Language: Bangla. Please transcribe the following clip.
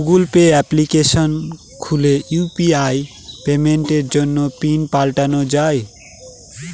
গুগল পে অ্যাপ্লিকেশন খুলে ইউ.পি.আই পেমেন্টের জন্য পিন পাল্টানো যাই